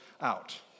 out